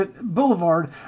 Boulevard